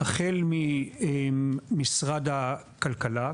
החל ממשרד הכלכלה,